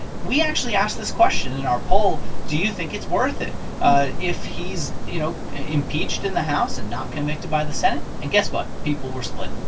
we actually asked this question in our poll. do you think it's worth it ah if he's, you know, impeached in the house and not convicted by the senate? and guess what? people were split.